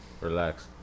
relax